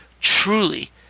truly